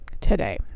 today